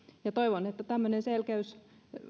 toivon että tämmöinen selkeys